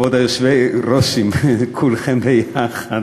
כבוד היושבי-ראשים, כולכם ביחד.